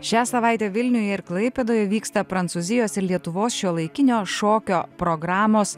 šią savaitę vilniuje ir klaipėdoj vyksta prancūzijos ir lietuvos šiuolaikinio šokio programos